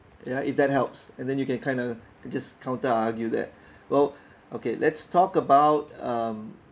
ya if that helps and then you can kind of just counter argue that well okay let's talk about um